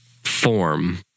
form